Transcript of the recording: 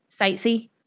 Sightsee